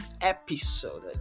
episode